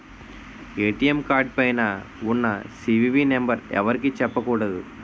ATM card పైన ఉన్న CVV number ఎవరికీ చెప్పకూడదు